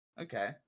Okay